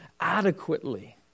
adequately